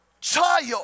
child